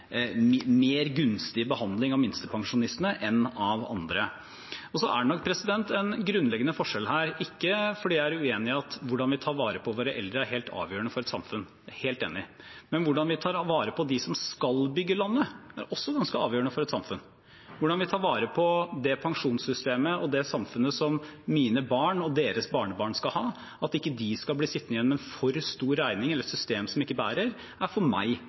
grunnleggende forskjell her, ikke fordi jeg er uenig i at hvordan vi tar vare på våre eldre, er helt avgjørende for et samfunn – det er jeg helt enig i – men hvordan vi tar vare på dem som skal bygge landet, er også ganske avgjørende for et samfunn. Hvordan vi tar vare på det pensjonssystemet og det samfunnet som mine barn og deres barnebarn skal ha, at de ikke skal bli sittende igjen med en for stor regning eller et system som ikke bærer, er i hvert fall for meg